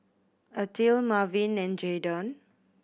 Ethyle Marvin and Jaydon